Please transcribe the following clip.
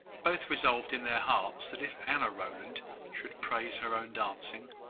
both resolved in their hearts that if anna rowland should praise her own dancing,